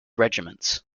regiments